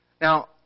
Now